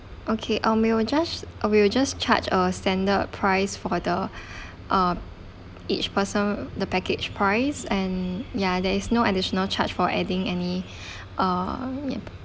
okay um we will just we will just charge a standard price for the uh each person the package price and ya there is no additional charge for adding any uh yup